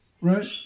right